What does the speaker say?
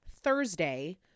Thursday